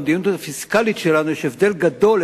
במדיניות הפיסקלית שלנו יש הבדל גדול,